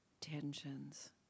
tensions